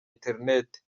internet